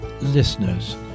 listeners